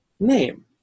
name